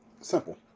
Simple